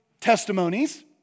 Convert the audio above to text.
testimonies